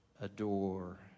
adore